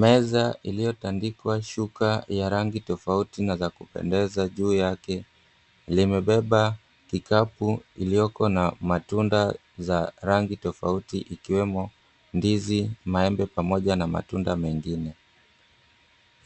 Meza iliyotandikwa shuka ya rangi tofauti na za kupendeza, juu yake limebeba kikapu iliyoko na matunda za rangi tofauti ikiwemo ndizi, maembe, pamoja na matunda mengine.